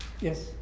Yes